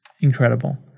incredible